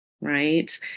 right